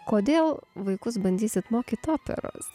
kodėl vaikus bandysit mokyt operos